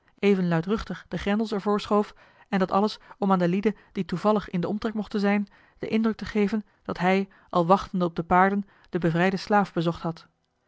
even luidruchtig de grendels er voor schoof en dat alles om aan de lieden die toejoh h been paddeltje de scheepsjongen van michiel de ruijter vallig in den omtrek mochten zijn den indruk te geven dat hij al wachtende op de paarden den bevrijden slaaf bezocht had